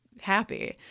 happy